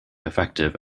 effective